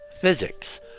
physics